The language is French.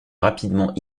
rapidement